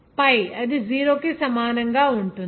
pi అది 0 కి సమానం అవుతుంది